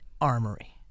armory